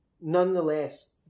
nonetheless